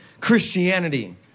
Christianity